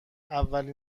اول